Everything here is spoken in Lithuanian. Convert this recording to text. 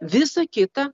visa kita